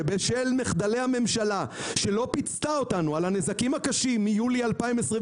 שבשל מחדלי הממשלה שלא פיצתה אותנו על הנזקים הקשים מיולי 2021,